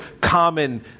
common